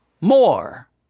more